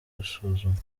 gusuzumwa